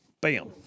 Bam